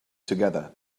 together